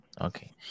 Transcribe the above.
Okay